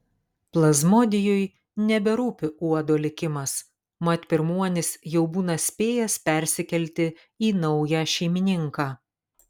plazmodijui neberūpi uodo likimas mat pirmuonis jau būna spėjęs persikelti į naują šeimininką